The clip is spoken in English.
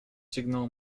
signal